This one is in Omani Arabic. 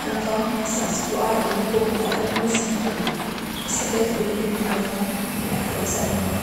عادي تخاف من الطيارات، كثيرين من الناس يعانون من هالشيء, لكن إنت تذكر إن الطيران من أسلم وسائل السفر,